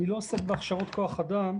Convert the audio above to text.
איני עוסק בהכשרות כוח אדם,